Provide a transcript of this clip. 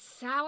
sour